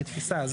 כתפיסה,